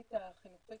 התוכנית החינוכית